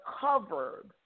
covered